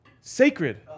Sacred